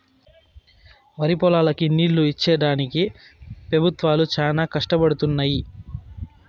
వరిపొలాలకి నీళ్ళు ఇచ్చేడానికి పెబుత్వాలు చానా కష్టపడుతున్నయ్యి